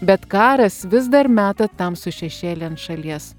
bet karas vis dar meta tamsų šešėlį ant šalies